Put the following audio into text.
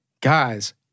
guys